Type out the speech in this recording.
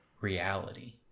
reality